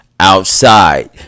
Outside